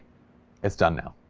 it's done now,